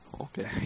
Okay